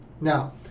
Now